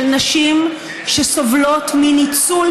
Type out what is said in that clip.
של נשים שסובלות מניצול,